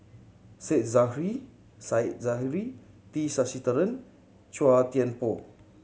Say Zahari Said Zahari T Sasitharan Chua Thian Poh